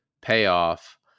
payoff